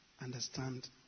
understand